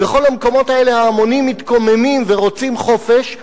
בכל במקומות האלה ההמונים מתקוממים ורוצים חופש,